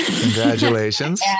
Congratulations